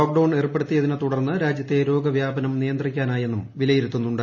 lockdown ഏർപ്പെടുത്തിയതിനെ തുടർന്ന് രാജ്യത്തെ രോഗവ്യാപനക്കു നിയന്ത്രിക്കാനായെന്നും വിലയിരുത്തുന്നുണ്ട്